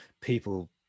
people